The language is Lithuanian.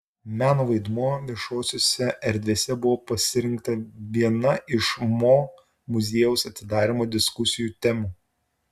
meno vaidmuo viešosiose erdvėse buvo pasirinkta viena iš mo muziejaus atidarymo diskusijų temų